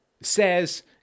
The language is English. says